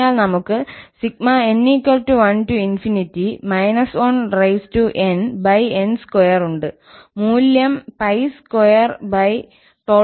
അതിനാൽ നമുക് n1 1nn2 ഉണ്ട് മൂല്യം 𝜋212 ആണ്